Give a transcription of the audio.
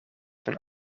van